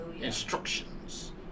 Instructions